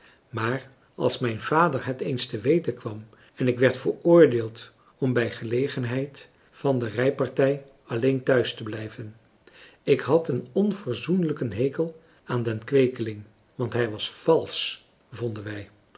maar als mijn vader het eens te weten kwam en ik werd veroordeeld om bij gelegenheid van de rijpartij alleen thuis te blijven ik had een onverzoenlijken hekel aan den kweekeling want hij was valsch vonden wij